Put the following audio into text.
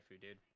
dude